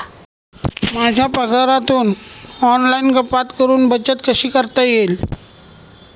माझ्या पगारातून ऑनलाइन कपात करुन बचत कशी करता येईल?